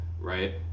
right